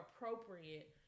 appropriate